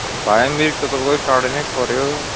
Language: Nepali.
भाया मिरिक तपाईँको अलिक टाढै नै पर्यो